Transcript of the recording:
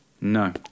No